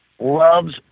loves